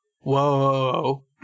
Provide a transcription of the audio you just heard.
Whoa